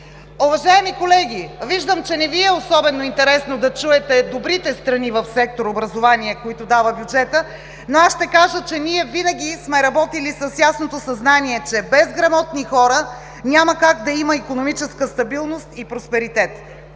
Уважаеми колеги, виждам, че не Ви е особено интересно да чуете добрите страни в сектор „Образование“, които дава бюджетът, но аз ще кажа, че ние винаги сме работили с ясното съзнание, че без грамотни хора няма как да има икономическа стабилност и просперитет.